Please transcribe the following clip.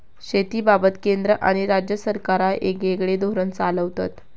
शेतीबाबत केंद्र आणि राज्य सरकारा येगयेगळे धोरण चालवतत